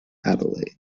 adelaide